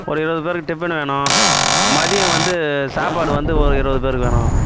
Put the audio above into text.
ஒரு இருபது பேருக்கு டிஃபன் வேணும் மதியம் வந்து சாப்பாடு வந்து ஒரு இருபது பேருக்கு வேணும்